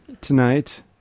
tonight